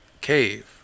cave